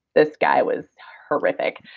this guy was horrific,